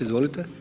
Izvolite.